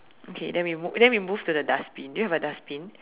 okay then we move then we move to the dustbin do you have a dustbin